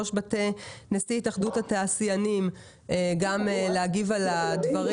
ראש מטה נשיא התאחדות התעשיינים ביקש להגיב על הדברים.